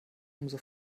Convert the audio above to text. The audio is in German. umso